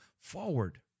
forward